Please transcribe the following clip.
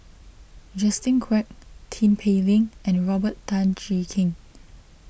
Justin Quek Tin Pei Ling and Robert Tan Jee Keng